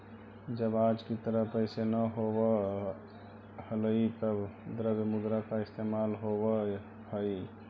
जब आज की तरह पैसे न होवअ हलइ तब द्रव्य मुद्रा का इस्तेमाल होवअ हई